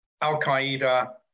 al-Qaeda